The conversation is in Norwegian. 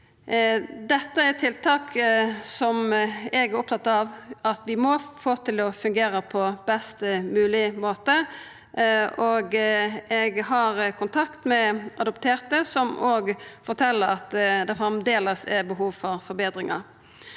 Dette er tiltak som eg er opptatt av at vi må få til å fungera på best mogleg måte, og eg har kontakt med adopterte som òg fortel at det framleis er behov for forbetringar.